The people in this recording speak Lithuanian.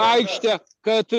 aikštę kad